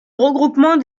regroupement